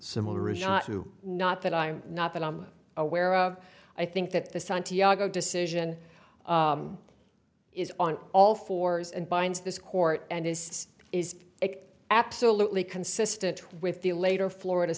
similar to not that i'm not that i'm aware of i think that the santiago decision is on all fours and binds this court and this is absolutely consistent with the later florida